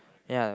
ya